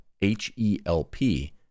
H-E-L-P